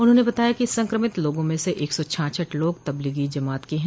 उन्होंने बताया कि संक्रमित लोगों में से एक सौ छाछठ लोग तबलीगी जमात के हैं